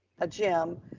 a gym,